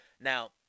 Now